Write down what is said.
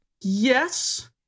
Yes